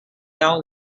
down